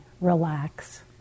relax